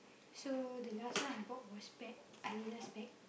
so the last one I bought was bag Adidas bag